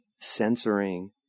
censoring